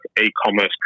e-commerce